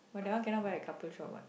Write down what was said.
but that one cannot wear at couple shop what